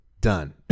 done